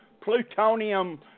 plutonium